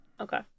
okay